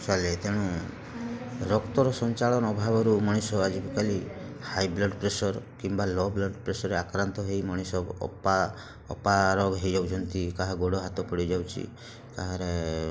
ଚାଲେ ତେଣୁ ରକ୍ତର ସଞ୍ଚାଳନ ଅଭାବରୁ ମଣିଷ ଆଜିକାଲି ହାଇ ବ୍ଲଡ଼୍ ପ୍ରେସର୍ କିମ୍ବା ଲୋ ବ୍ଲଡ଼୍ ପ୍ରେସର୍ରେ ଆକ୍ରାନ୍ତ ହେଇ ମଣିଷ ଅପା ଅପାରଗ ହେଇଯାଉଛନ୍ତି କାହା ଗୋଡ଼ ହାତ ପଡ଼ିଯାଉଛି କାହାରେ